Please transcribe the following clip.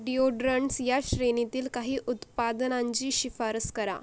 deodorants या श्रेणीतील काही उत्पादनांची शिफारस करा